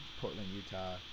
Portland-Utah